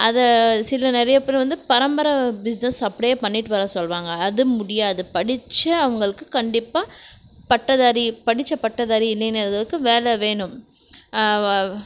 அதை சில நிறைய பேர் வந்து பரம்பரை பிஸ்னஸ் அப்படியே பண்ணிகிட்டு வர சொல்கிறாங்க அது முடியாது படித்த அவர்களுக்கு கண்டிப்பாக பட்டதாரி படித்த பட்டதாரி இளைஞர்களுக்கு வேலை வேணும்